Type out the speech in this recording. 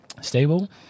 stable